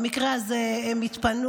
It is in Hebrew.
במקרה הזה הם התפנו